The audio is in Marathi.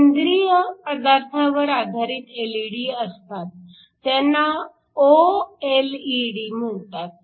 सेंद्रिय पदार्थावर आधारित एलईडी असतात त्यांना ओएलईडी म्हणतात